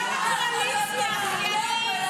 אני רוצה להגיד לכם לסיום,